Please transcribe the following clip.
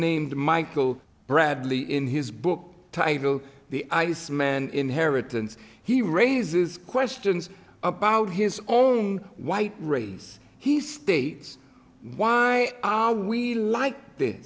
named michael bradley in his book titled the iceman inheritance he raises questions about his own white rays he states why are we like t